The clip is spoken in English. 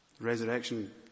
Resurrection